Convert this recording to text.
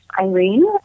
Irene